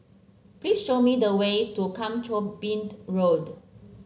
please show me the way to Kang Choo Bind Road